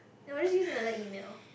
you know just use another email